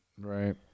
Right